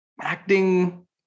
acting